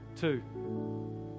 Two